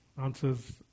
answers